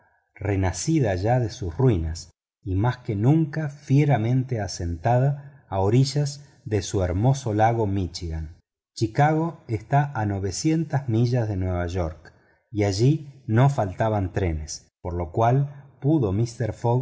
renacida ya de sus ruinas y mas que nunca fieramente asentada a orillas de su hermoso lago michigan chicago está a millas de nueva york y alli no faltaban trenes por lo cual pudo mister